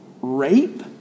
Rape